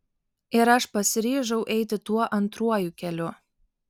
ir aš pasiryžau eiti tuo antruoju keliu